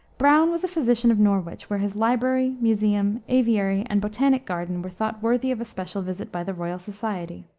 browne was a physician of norwich, where his library, museum, aviary, and botanic garden were thought worthy of a special visit by the royal society.